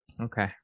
okay